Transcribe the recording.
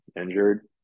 injured